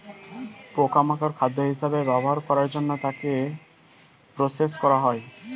পোকা মাকড় খাদ্য হিসেবে ব্যবহার করার জন্য তাকে প্রসেস করা হয়